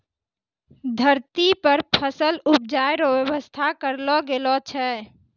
धरती पर फसल उपजाय रो व्यवस्था करलो गेलो छै